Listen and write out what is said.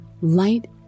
light